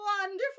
wonderful